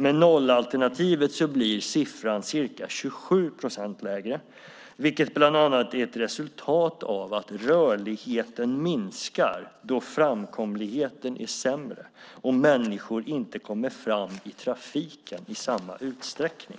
Med nollalternativet blir siffran ca 27 procent lägre, vilket bland annat är ett resultat av att rörligheten minskar då framkomligheten är sämre och människor inte kommer fram i trafiken i samma utsträckning.